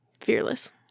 fearless